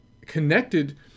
connected